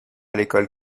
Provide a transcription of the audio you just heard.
l’école